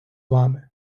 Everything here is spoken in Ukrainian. вами